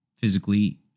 Physically